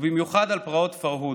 ובמיוחד על פרעות הפרהוד: